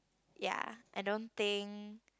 ya I don't think